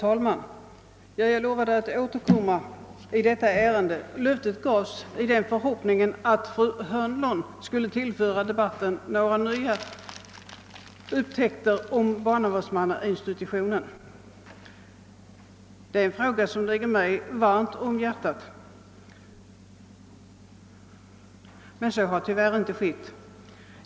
Herr talman! Jag lovade att återkomma i detta ärende. Löftet gavs i den förhoppningen att fru Hörnlund skulle tillföra debatten några nya synpunkter på barnavårdsmannainstitutionen. Det är en fråga som ligger mig varmt om hjärtat. Men så har tyvärr inte blivit fallet.